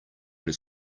his